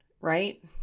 right